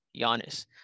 Giannis